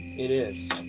it is.